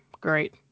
great